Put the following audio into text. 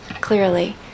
clearly